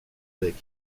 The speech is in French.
bec